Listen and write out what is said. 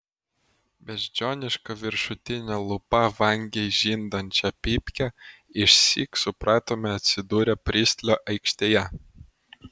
beždžioniška viršutine lūpa vangiai žindančią pypkę išsyk supratome atsidūrę pristlio aikštėje